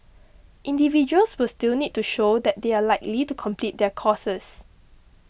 individuals will still need to show that they are likely to complete their courses